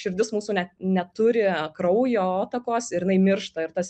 širdis mūsų net neturi kraujotakos ir jinai miršta ir tas